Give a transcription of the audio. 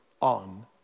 on